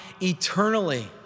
eternally